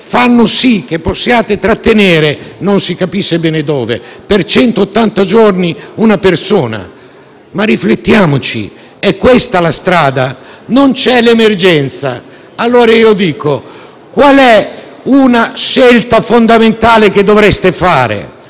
fa sì che possiate trattenere, non si capisce bene dove, per centottanta giorni una persona. Ma riflettiamoci. È questa la strada? Non c'è l'emergenza, allora vi chiedo: qual è una scelta fondamentale che dovreste fare?